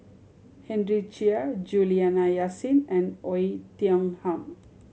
Henry Chia Juliana Yasin and Oei Tiong Ham